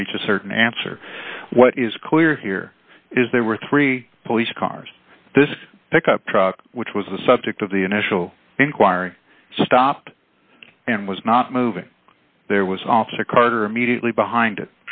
can reach a certain answer what is clear here is there were three police cars this pickup truck which was the subject of the initial inquiry stop and was not moving there was officer carter immediately behind it